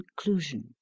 conclusion